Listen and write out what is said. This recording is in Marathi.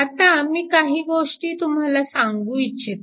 आता मी काही गोष्टी तुम्हाला सांगू इच्छितो